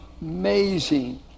amazing